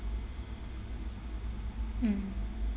mm